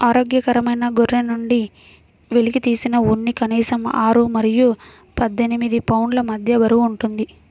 ఆరోగ్యకరమైన గొర్రె నుండి వెలికితీసిన ఉన్ని కనీసం ఆరు మరియు పద్దెనిమిది పౌండ్ల మధ్య బరువు ఉంటుంది